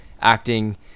Acting